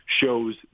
shows